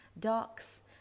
docs